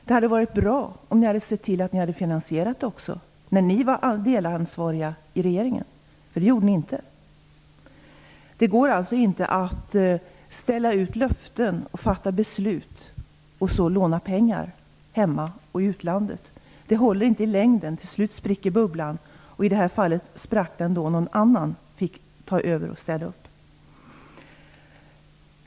Det hade varit bra om ni också hade sett till att finansiera det när ni var delansvariga i regeringen, för det gjorde ni inte. Det går alltså inte att ställa ut löften och fatta beslut och sedan låna pengar hemma och i utlandet. Det håller inte i längden, utan till slut spricker bubblan. I det här fallet var det någon annan som fick ta över och städa upp när den sprack.